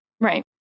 Right